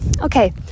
okay